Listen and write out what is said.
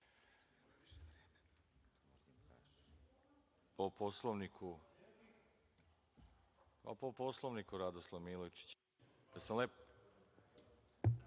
Poslovniku Radoslav Milojičić.